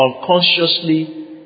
unconsciously